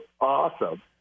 awesome